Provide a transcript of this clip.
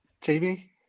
Jamie